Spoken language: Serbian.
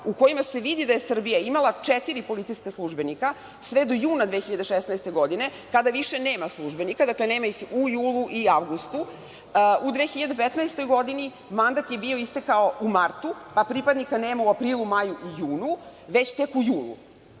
u kojima se vidi da je Srbija imala četiri policijska službenika do juna 2016. godine kada više nema službenika. Dakle, nema ih u julu i avgustu. U 2015. godini mandat je bio istekao u martu, a pripadnika nema u aprilu, maju i junu, već tek u julu.